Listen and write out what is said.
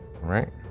right